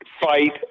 fight